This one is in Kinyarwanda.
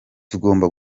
tugomba